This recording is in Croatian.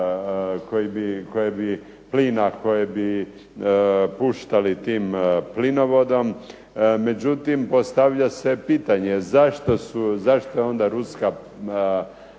koje bi puštali tim plinovodom. Međutim, postavlja se pitanje zašto je onda ruska strana